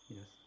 Yes